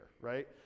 right